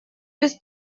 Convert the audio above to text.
без